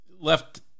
left